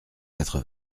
quatre